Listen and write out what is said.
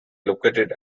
located